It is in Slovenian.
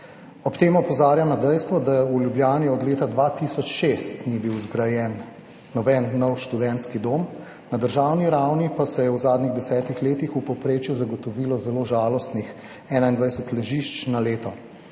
Ob tem opozarjam na dejstvo, da v Ljubljani od leta 2006 ni bil zgrajen noben nov študentski dom, na državni ravni pa se je v zadnjih 10 letih v povprečju zagotovilo zelo žalostnih 21 ležišč na leto.